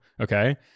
Okay